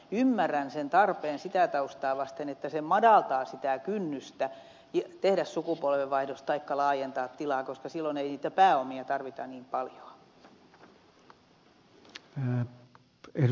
ymmärrän sen tarpeen sitä taustaa vasten että se madaltaa kynnystä tehdä sukupolvenvaihdos taikka laajentaa tilaa koska silloin ei niitä pääomia tarvita niin paljoa